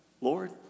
Lord